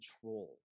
control